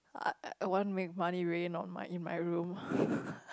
uh I want make money really on my in my room